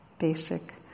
basic